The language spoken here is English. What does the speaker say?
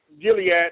Gilead